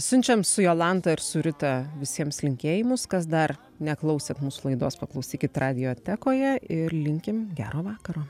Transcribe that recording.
siunčiam su jolanta ir su rita visiems linkėjimus kas dar neklausėt mūsų laidos paklausykit radiotekoje ir linkim gero vakaro